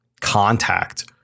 contact